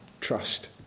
trust